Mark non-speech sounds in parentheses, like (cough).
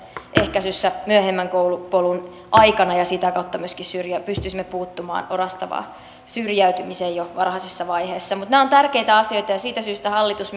ehkäisyssä myöhemmän koulupolun aikana ja sitä kautta myöskin pystyisimme puuttumaan orastavaan syrjäytymiseen jo varhaisessa vaiheessa mutta nämä ovat tärkeitä asioita ja siitä syystä hallitus (unintelligible)